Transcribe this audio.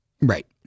Right